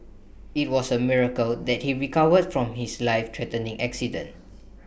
IT was A miracle that he recovered from his lifethreatening accident